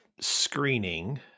screening